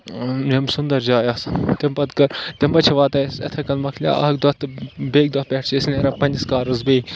یِم سُندَر جایہِ آسہٕ تَمہِ پَتہٕ گہ تَمہِ پَتہٕ چھِ واتان أسۍ یِتھَے کَنۍ مَکلیو اَکھ دۄہ تہٕ بیٚکۍ دۄہ پٮ۪ٹھ چھِ أسۍ نیران پنٛنِس کارَس بیٚیہِ